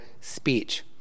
speech